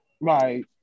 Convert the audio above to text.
Right